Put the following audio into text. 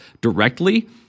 directly